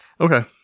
Okay